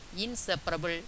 inseparable